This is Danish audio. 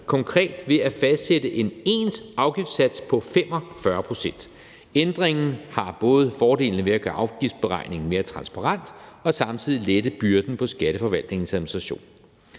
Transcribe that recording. konkret ved at fastsætte en ens afgiftssats på 45 pct. Ændringen har både fordelen ved at gøre afgiftsberegningen mere transparent og samtidig lette byrden på Skatteforvaltningens administration.